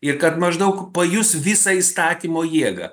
ir kad maždaug pajus visą įstatymo jėgą